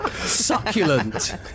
Succulent